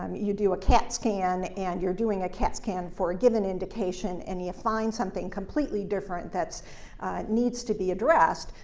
um you do a cat scan, and you are doing a cat scan for a given indication, and you find something completely different that needs to be addressed.